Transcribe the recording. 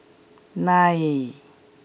nine